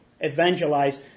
evangelize